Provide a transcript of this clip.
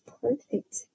perfect